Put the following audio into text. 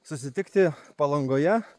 susitikti palangoje